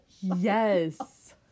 Yes